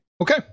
Okay